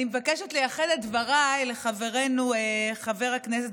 אני מבקשת לייחד את דברי לחברנו חבר הכנסת